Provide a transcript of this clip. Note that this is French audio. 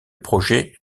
projet